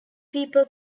people